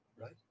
right